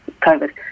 COVID